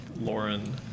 Lauren